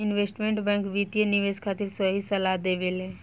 investment bank वित्तीय निवेश खातिर सही सलाह देबेला